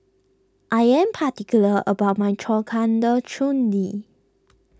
I am particular about my Corcander Chutney